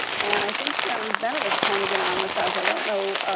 and i think joan bennett was trying to get on with us. i don't know